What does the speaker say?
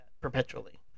perpetually